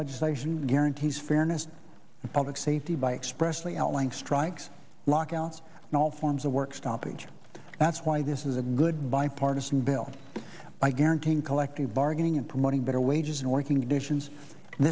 legislation guarantees fairness and public safety by expressly elling strikes lockouts in all forms of work stoppage that's why this is a good bipartisan bill by guaranteeing collective bargaining and promoting better wages and working conditions